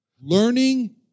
Learning